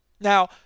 Now